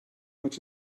much